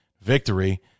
victory